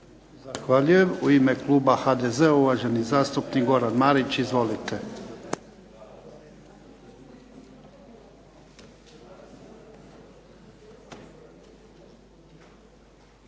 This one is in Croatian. Zahvaljujem. U ime kluba HDZ-a uvaženi zastupnik Goran Marić. Izvolite.